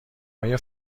آیا